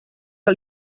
que